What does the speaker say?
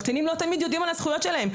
קטינים לא תמיד יודעים על הזכויות שלהם.